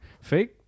fake